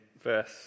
verse